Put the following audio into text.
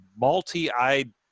multi-eyed